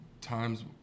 times